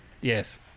yes